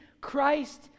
Christ